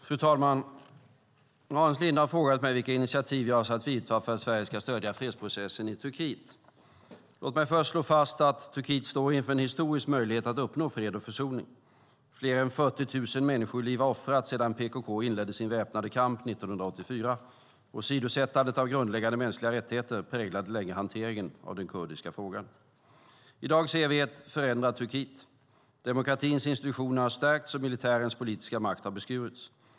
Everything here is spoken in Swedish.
Fru talman! Hans Linde har frågat mig vilka initiativ jag avser att vidta för att Sverige ska stödja fredsprocessen i Turkiet. Låt mig först slå fast att Turkiet står inför en historisk möjlighet att uppnå fred och försoning. Fler än 40 000 människoliv har offrats sedan PKK inledde sin väpnade kamp 1984. Åsidosättandet av grundläggande mänskliga rättigheter präglade länge hanteringen av den kurdiska frågan. I dag ser vi ett förändrat Turkiet. Demokratins institutioner har stärkts, och militärens politiska makt har beskurits.